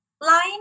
line